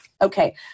Okay